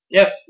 Yes